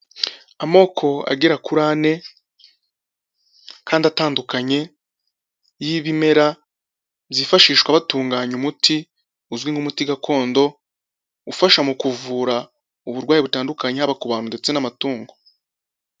Amoko agera kuri ane kandi atandukanye y'ibimera byifashishwa batunganya umuti uzwi nk'umuti gakondo, ufasha mu kuvura uburwayi butandukanye haba ku bantu ndetse n'amatungo.